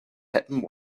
happen